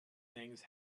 things